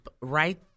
right